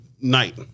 night